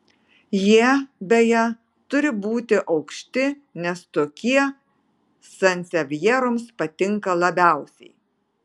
jie beje turi būti aukšti nes tokie sansevjeroms patinka labiausiai